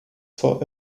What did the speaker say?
for